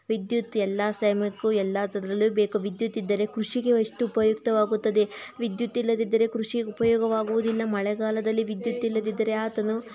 ವಿದ್ಯುತ್ ಎಲ್ಲ ಸಮಯಕ್ಕೂ ಎಲ್ಲ ಹತ್ರದಲ್ಲೂ ಬೇಕು ವಿದ್ಯುತ್ ಇದ್ದರೆ ಕೃಷಿಗೆ ಎಷ್ಟು ಉಪಯುಕ್ತವಾಗುತ್ತದೆ ವಿದ್ಯುತ್ ಇಲ್ಲದಿದ್ದರೆ ಕೃಷಿಗೆ ಉಪಯೋಗವಾಗುವುದಿಲ್ಲ ಮಳೆಗಾಲದಲ್ಲಿ ವಿದ್ಯುತ್ ಇಲ್ಲದಿದ್ದರೆ ಆತನು